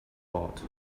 bought